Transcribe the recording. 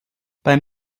beim